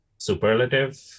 superlative